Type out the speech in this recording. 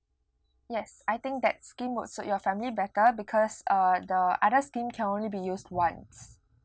yes I think that scheme would suit your family better because uh the other scheme can only be used once